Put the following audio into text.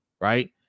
Right